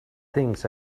things